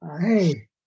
Hey